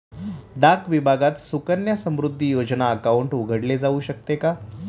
डाक विभागात सुकन्या समृद्धी योजना अकाउंट उघडले जाऊ शकते का?